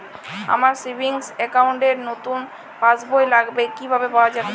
আমার savings account র নতুন পাসবই লাগবে, কিভাবে পাওয়া যাবে?